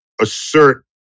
assert